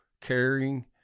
caring